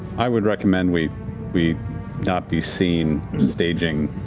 i would recommend we we not be seen staging